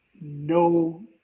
no